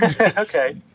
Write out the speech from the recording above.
Okay